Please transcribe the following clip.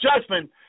judgment